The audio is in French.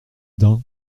dain